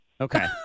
okay